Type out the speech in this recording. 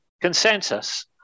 consensus